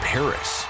Paris